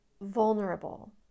vulnerable